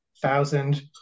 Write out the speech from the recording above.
thousand